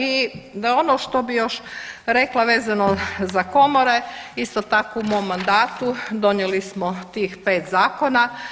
I da ono što bih još rekla vezano za komore, isto tako u mom mandatu donijeli smo tih 5 zakona.